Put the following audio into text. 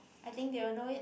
I think they will know it